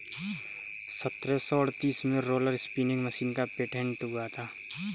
सत्रह सौ अड़तीस में रोलर स्पीनिंग मशीन का पेटेंट हुआ था